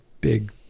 big